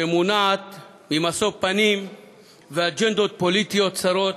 שמונעת ממשוא פנים ואג'נדות פוליטיות צרות,